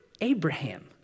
Abraham